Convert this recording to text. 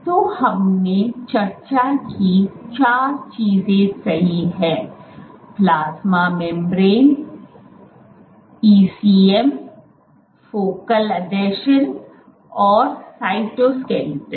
तो हमने चर्चा की चार चीजें सही हैं प्लाज्मा मेंब्रेन ईसीएम फोकल आसंजन और साइटोस्केलेटन